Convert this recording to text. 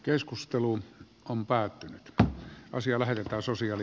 keskustelua on päättynyt ja asia lähetetään sosiaali